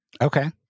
Okay